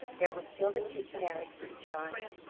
there was still the kitchen attic to be tried.